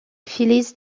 phillies